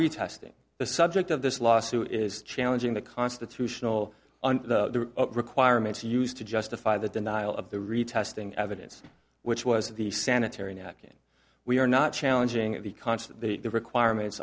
retesting the subject of this lawsuit is challenging the constitutional and the requirements used to justify the denial of the retesting evidence which was the sanitary napkin we are not challenging at the concert the requirements